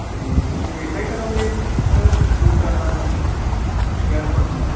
ਅਤੇ ਤੁਸੀਂ ਠੇਕਾ ਹੀ ਕਰੋਗੇ ਕਿ ਦੂਸਰਾ ਕਰਨਾ ਵਾ ਸਕੇਅਰ ਫੁੱਟ ਨਾਲ